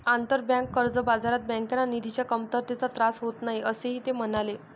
आंतरबँक कर्ज बाजारात बँकांना निधीच्या कमतरतेचा त्रास होत नाही, असेही ते म्हणाले